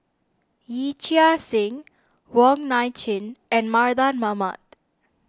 Yee Chia Hsing Wong Nai Chin and Mardan Mamat